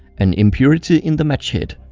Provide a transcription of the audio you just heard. an impurity in the match head.